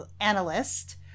analyst